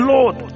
Lord